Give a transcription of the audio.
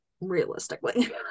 realistically